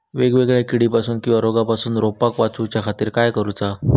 वेगवेगल्या किडीपासून किवा रोगापासून रोपाक वाचउच्या खातीर काय करूचा?